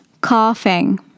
Coughing